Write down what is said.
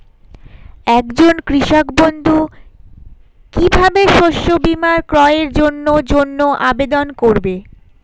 একজন কৃষক বন্ধু কিভাবে শস্য বীমার ক্রয়ের জন্যজন্য আবেদন করবে?